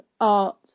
art